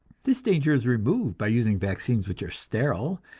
this danger is removed by using vaccines which are sterile,